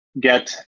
get